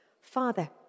Father